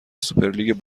سوپرلیگ